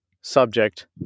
subject